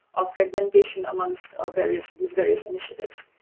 of fragmentation amongst our various, this various initiatives.